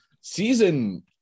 season